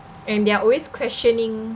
and they're always questioning